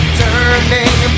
turning